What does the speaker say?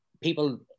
people